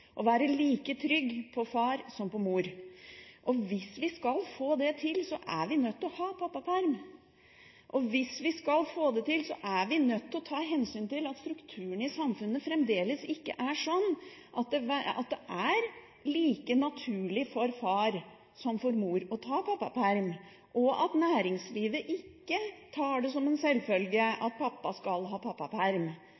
å være like trygg på far som på mor. Hvis vi skal få det til, er vi nødt til å ha pappaperm. Hvis vi skal få det til, er vi nødt til å ta hensyn til at strukturene i samfunnet fremdeles ikke er sånn at det er like naturlig for far som for mor å ta foreldreperm, og at næringslivet ikke tar det som en selvfølge